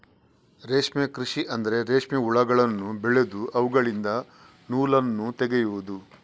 ರೇಷ್ಮೆ ಕೃಷಿ ಅಂದ್ರೆ ರೇಷ್ಮೆ ಹುಳಗಳನ್ನು ಬೆಳೆದು ಅವುಗಳಿಂದ ನೂಲನ್ನು ತೆಗೆಯುದು